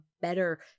better